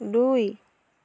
দুই